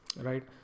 right